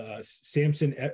Samson